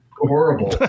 horrible